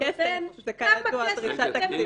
כסף זה כידוע דרישה תקציבית.